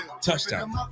Touchdown